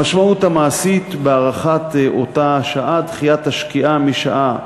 המשמעות המעשית בהארכת אותה שעה: דחיית השקיעה מהשעה